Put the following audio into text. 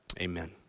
amen